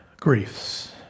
griefs